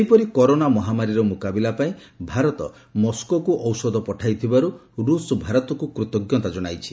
ସେହିପରି କରୋନା ମହାମାରୀର ମୁକାବିଲା ପାଇଁ ଭାରତ ମସ୍କୋକୁ ଔଷଧ ପଠାଇଥିବାରୁ ରୁଷ୍ ଭାରତକୁ କୃତଜ୍ଞତା କଣାଇଛି